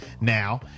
now